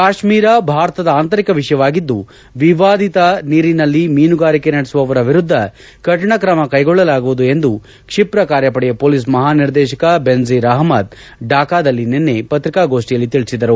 ಕಾಶ್ಮೀರ ಭಾರತದ ಆಂತರಿಕ ವಿಷಯವಾಗಿದ್ದು ವಿವಾದಿತ ನೀರಿನಲ್ಲಿ ಮೀನುಗಾರಿಕೆ ನಡೆಸುವವರ ವಿರುದ್ದ ಕಠಿಣ ಕ್ರಮ ಕೈಗೊಳ್ಳಲಾಗುವುದು ಎಂದು ಕ್ಷಿಪ್ರ ಕಾರ್ಯಪಡೆಯ ಪೊಲೀಸ್ ಮಹಾನಿರ್ದೇಶಕ ಬೆನಜೀರ್ ಅಹಮದ್ ಢಾಕಾದಲ್ಲಿ ನಿನ್ನೆ ಪತ್ರಿಕಾಗೋಷ್ಟಿಯಲ್ಲಿ ತಿಳಿಸಿದರು